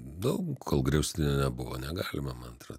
daug kol griaustinio nebuvo negalima man atrodo